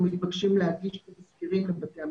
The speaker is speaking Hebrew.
מתבקשים להגיש את התזכירים לבתי המשפט.